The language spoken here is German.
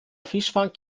fischfang